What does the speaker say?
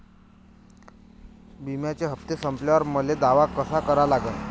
बिम्याचे हप्ते संपल्यावर मले दावा कसा करा लागन?